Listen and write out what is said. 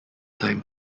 time